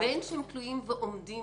בין שהם תלויים ועומדים